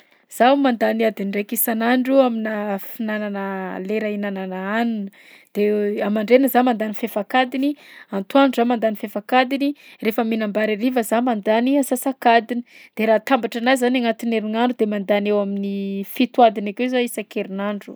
Zaho mandany adiny iraiky isan'andro aminà fihinagnana lera hihinanana hanina, de amandraina zaho mandany fahefak'adiny, antoandro zaho mandany fahefak'adiny, rehefa mihinam-bary hariva zaho mandany ansasak'adiny. De raha atambatranahy zany agnatin'ny herignandro de mandany eo amin'ny fito adiny akeo zaho isan-kerinandro.